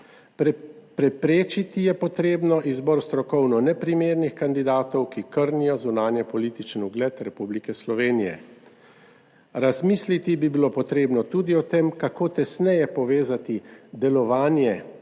Preprečiti je treba izbor strokovno neprimernih kandidatov, ki krnijo zunanjepolitični ugled Republike Slovenije. Razmisliti bi bilo treba tudi o tem, kako tesneje povezati delovanje